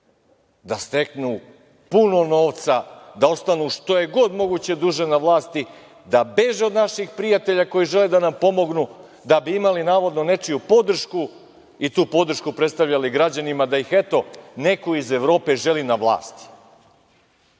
da steknu puno novca, da ostanu što je god moguće duže na vlasti, da beže od naših prijatelja koji žele da nam pomognu, da bi imali pravo da nečiju podršku i tu podršku predstavljali građanima, da ih, eto, neko iz Evrope želi na vlasti. Ne